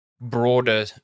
Broader